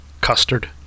custard